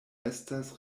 estas